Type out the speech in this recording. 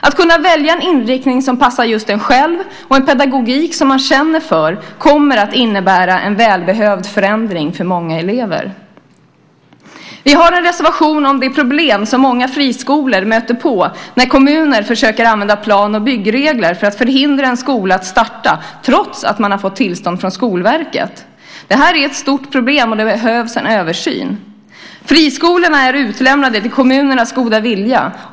Att kunna välja en inriktning som passar just en själv och en pedagogik som man känner för kommer att innebära en välbehövd förändring för många elever. Vi har en reservation om de problem som många friskolor stöter på när kommuner försöker använda plan och byggregler för att förhindra en skola att starta trots att man har fått tillstånd från Skolverket. Det är ett stort problem, och det behövs en översyn. Friskolorna är utlämnade till kommunernas goda vilja.